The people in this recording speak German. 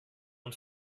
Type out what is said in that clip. und